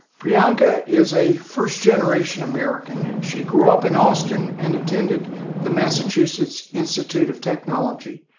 priyanka is a first-generation american. she grew up in austin and attended the massachusetts institute of technology.